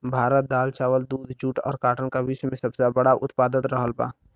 भारत दाल चावल दूध जूट और काटन का विश्व में सबसे बड़ा उतपादक रहल बा